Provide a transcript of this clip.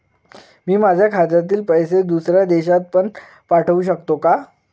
मी माझ्या खात्यातील पैसे दुसऱ्या देशात पण पाठवू शकतो का?